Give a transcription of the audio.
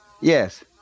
yes